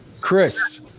Chris